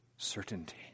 Certainty